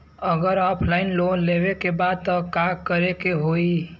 अगर offline loan लेवे के बा त का करे के होयी?